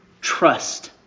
trust